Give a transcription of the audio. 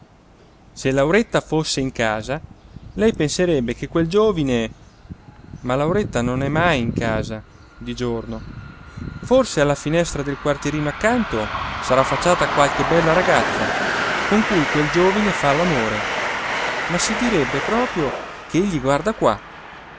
se lauretta fosse in casa lei penserebbe che quel giovine ma lauretta non è mai in casa di giorno forse alla finestra del quartierino accanto sarà affacciata qualche bella ragazza con cui quel giovine fa all'amore ma si direbbe proprio che egli guarda qua